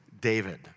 David